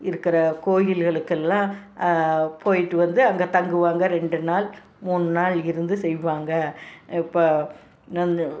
இருக்கிற கோவிகளுக்கெல்லாம் போயிட்டு வந்து அங்கே தங்குவாங்க ரெண்டு நாள் மூணு நாள் இருந்து செய்வாங்க இப்போ